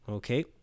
Okay